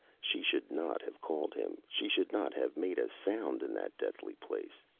she should not have called him. she should not have made a sound in that deathly place.